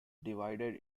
divided